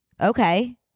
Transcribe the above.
Okay